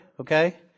okay